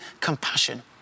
compassion